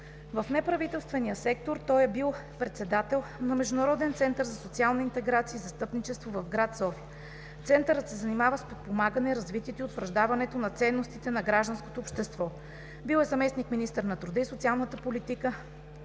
В неправителствения сектор той е бил председател на Международен център за социална интеграция и застъпничество в град София. Центърът се занимава с подпомагане развитието и утвърждаването на ценностите на гражданското общество. Бил е заместник-министър на труда и социалната политика.